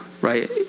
right